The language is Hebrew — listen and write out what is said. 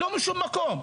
לא משום מקום.